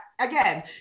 again